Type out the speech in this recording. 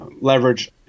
leverage